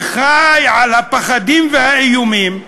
שחי על הפחדים והאיומים,